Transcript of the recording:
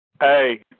Hey